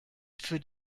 für